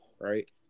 right